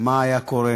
מה היה קורה